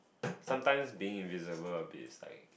sometimes being invisible a bit is like